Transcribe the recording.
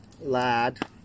lad